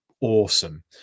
awesome